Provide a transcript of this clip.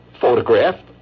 photographed